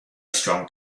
strong